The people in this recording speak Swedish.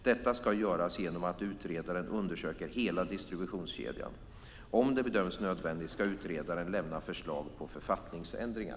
Detta ska göras genom att utredaren undersöker hela distributionskedjan. Om det bedöms nödvändigt ska utredaren lämna förslag på författningsändringar.